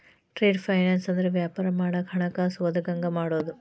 trade finance ಅಂದ್ರ ವ್ಯಾಪಾರ ಮಾಡಾಕ ಹಣಕಾಸ ಒದಗಂಗ ಮಾಡುದು